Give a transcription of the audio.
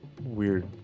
weird